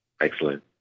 Excellent